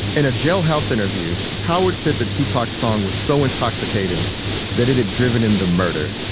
in a jailhouse interview, howard said the tupac song was so intoxicating that it had driven him to murder.